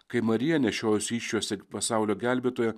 kai marija nešiojusi įsčiose pasaulio gelbėtoją